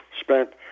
spent